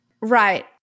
Right